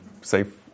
safe